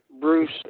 Bruce